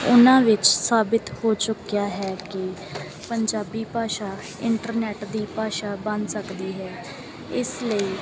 ਉਹਨਾਂ ਵਿੱਚ ਸਾਬਿਤ ਹੋ ਚੁੱਕਿਆ ਹੈ ਕਿ ਪੰਜਾਬੀ ਭਾਸ਼ਾ ਇੰਟਰਨੈੱਟ ਦੀ ਭਾਸ਼ਾ ਬਣ ਸਕਦੀ ਹੈ ਇਸ ਲਈ